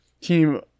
Team